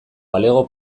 galego